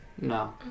No